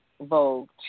Vogue